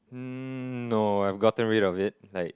hmm no I've gotten rid of it like